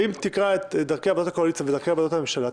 אם תקרא את דרכי עבודת הקואליציה ואת דרכי עבודת הממשלה,